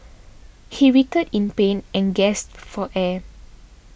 he writhed in pain and gasped for air